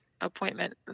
appointment